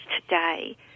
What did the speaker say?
today